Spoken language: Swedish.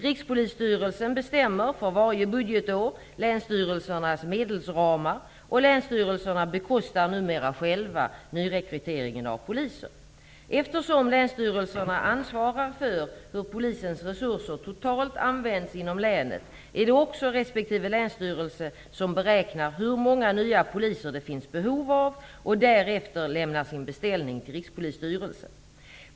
Rikspolisstyrelsen bestämmer för varje budgetår länsstyrelsernas medelsramar och länsstyrelserna bekostar numera själva nyrekryteringen av poliser. Eftersom länsstyrelserna ansvarar för hur Polisens resurser totalt används inom länet är det också respektive länsstyrelse som beräknar hur många nya poliser det finns behov av och därefter lämnar sin beställning till Rikspolisstyrelsen.